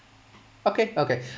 okay okay